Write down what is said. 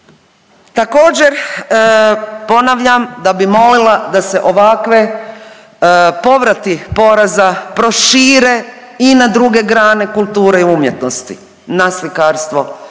Također ponavljam da bi molila da se ovakve povrati poreza prošire i na druge grane kulture i umjetnosti na slikarstvo, na